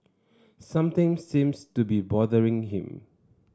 something seems to be bothering him